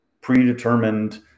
predetermined